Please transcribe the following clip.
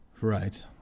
Right